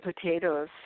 potatoes